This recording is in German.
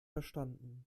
verstanden